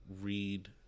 read